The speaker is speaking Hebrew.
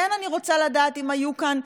כן, אני רוצה לדעת אם היו כאן,